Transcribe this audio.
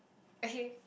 okay